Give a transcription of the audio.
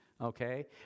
okay